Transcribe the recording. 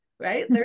Right